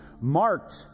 marked